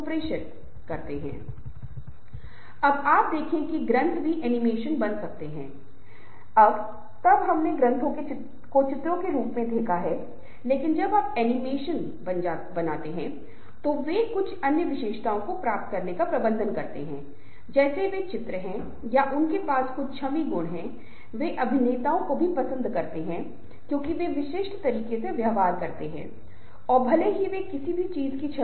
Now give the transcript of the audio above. उदाहरण के लिए 2 या अधिक व्यक्ति समूह का अर्थ है कि यह केवल एक आदमी समूह नहीं हो सकता है कम से कम 2 और 2 से अधिक लोग होने चाहिए जो समूह के सदस्य हैं औपचारिक सामाजिक संरचना समूह में संरचना होनी चाहिए इसका मतलब है जो काम कर रहा होगा हर किसी के लिए समान भाग्य यह नहीं है कि यह व्यक्तिगत रूप से होने जा रहा है हर कोई सामान्य भाग्य और फिर सामान्य लक्ष्य के रूप में मैंने पहले ही आमने सामने बातचीत की है